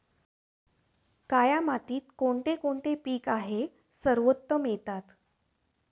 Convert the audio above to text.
काया मातीत कोणते कोणते पीक आहे सर्वोत्तम येतात?